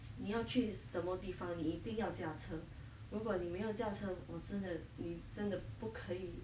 你要去什么地方你一定要驾车如果你没有驾车我真的你真的不可以